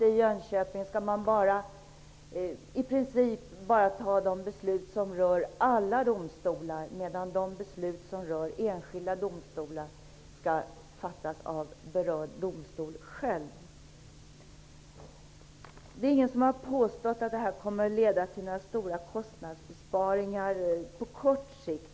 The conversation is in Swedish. I Jönköping skall man i princip bara fatta de beslut som rör samtliga domstolar, medan de beslut som rör enskilda domstolar skall fattas av berörd domstol själv. Ingen har påstått att detta kommer att leda till några stora kostnadsbesparingar på kort sikt.